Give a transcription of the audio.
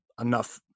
enough